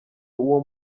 uwo